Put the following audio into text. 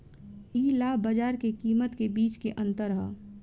इ लाभ बाजार के कीमत के बीच के अंतर ह